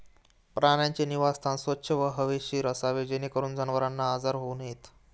प्राण्यांचे निवासस्थान स्वच्छ व हवेशीर असावे जेणेकरून जनावरांना आजार होऊ नयेत